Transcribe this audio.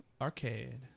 Arcade